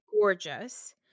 gorgeous